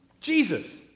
Jesus